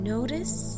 Notice